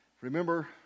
Remember